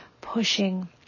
pushing